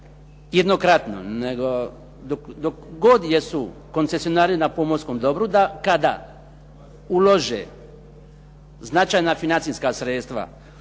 nego dok god jesu koncesionari na pomorskom dobru da kada ulože značajna financijska sredstva u